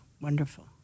Wonderful